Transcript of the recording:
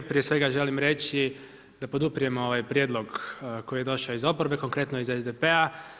Prije svega želim reći da podupiremo ovaj prijedlog koji je došao iz oporbe, konkretno iz SDP-a.